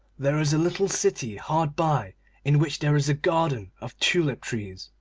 there is a little city hard by in which there is a garden of tulip-trees.